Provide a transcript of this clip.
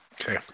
Okay